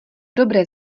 dobré